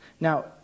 Now